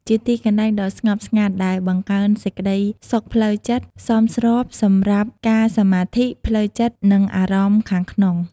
ជាទីកន្លែងដ៏ស្ងប់ស្ងាត់ ដែលបង្កើនសេចក្ដីសុខផ្លូវចិត្ត សមស្របសម្រាប់ការសមាធិ ផ្លូវចិត្ត និងអារម្មណ៍ខាងក្នុង។